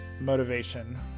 motivation